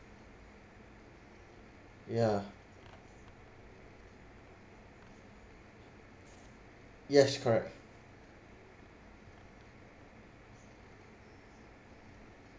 yeah yes correct